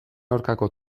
aurkako